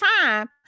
time